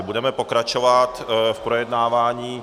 Budeme pokračovat v projednávání.